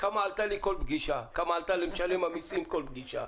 כמה עלתה למשלם המסים כל פגישה.